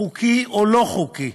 חוקי או לא חוקי,